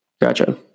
gotcha